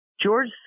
George